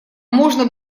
можно